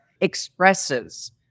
expresses